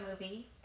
movie